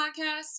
podcast